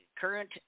current